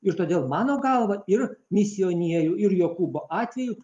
ir todėl mano galva ir misionierių ir jokūbo atveju